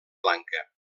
blanca